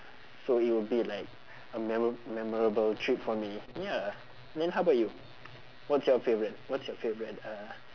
so it will be like a memo~ memorable trip for me ya then how about you what's your favourite what's your favourite uh